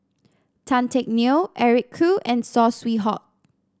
Tan Teck Neo Eric Khoo and Saw Swee Hock